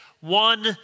one